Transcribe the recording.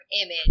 image